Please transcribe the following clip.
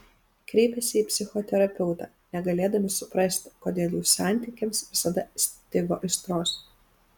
kreipėsi į psichoterapeutą negalėdami suprasti kodėl jų santykiams visada stigo aistros